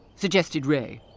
suggested ray,